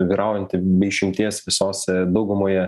vyraujanti be išimties visose daugumoje